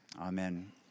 Amen